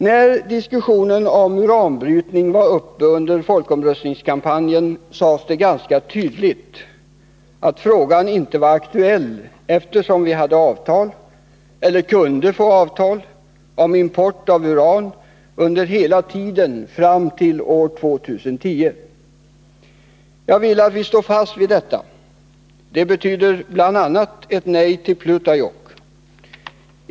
När diskussionen om uranbrytning var uppe under folkomröstningskampanjen sades det ganska tydligt att frågan inte var aktuell, eftersom vi hade avtal eller kunde få avtal om import av uran under hela tiden fram till år 2010. Jag vill att vi står fast vid detta. Det betyder bl.a. ett nej till Pleutajokk.